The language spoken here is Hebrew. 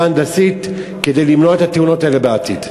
הנדסית כדי למנוע את התאונות האלה בעתיד.